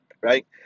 right